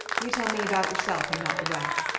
you tell me about yourself and about the wreck.